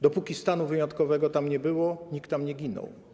Dopóki stanu wyjątkowego tam nie było, nikt tam nie ginął.